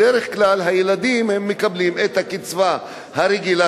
בדרך כלל הילדים מקבלים את הקצבה הרגילה